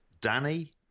Danny